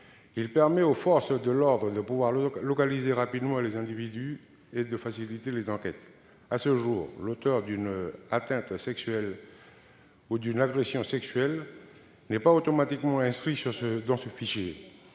Il permet aux forces de l'ordre de localiser rapidement ces individus et facilite les enquêtes. À ce jour, l'auteur d'une atteinte sexuelle ou d'une agression sexuelle n'est pas automatiquement inscrit dans ce fichier,